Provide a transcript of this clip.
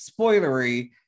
spoilery